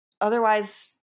otherwise